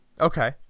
Okay